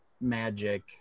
magic